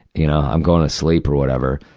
you know, i'm going to sleep or whatever.